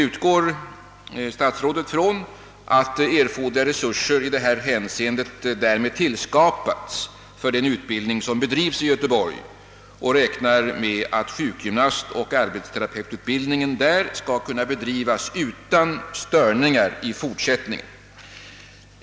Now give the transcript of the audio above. Statsrådet förklarar sig utgå från att erforderliga resurser i detta hänseende därmed skaplats för den utbildning som bedrivs i Göteborg och räknar med att sjukgymnastoch = arbetsterapeututbildningen där skall kunna bedrivas utan störningar i fortsättningen.